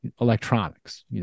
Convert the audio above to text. electronics